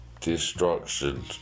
destruction